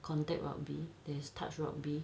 contact rugby there's touch rugby